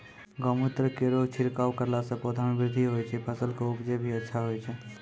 गौमूत्र केरो छिड़काव करला से पौधा मे बृद्धि होय छै फसल के उपजे भी अच्छा होय छै?